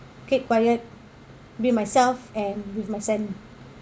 keep quiet be myself and with my son